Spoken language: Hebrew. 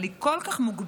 אבל היא כל כך מוגבלת